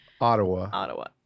Ottawa